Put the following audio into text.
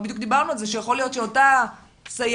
ובדיוק דיברנו על זה שיכול להיות שאותה סייעת